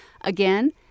Again